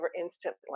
instantly